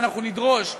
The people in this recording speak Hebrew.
ואנחנו נדרוש,